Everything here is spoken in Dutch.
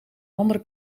andere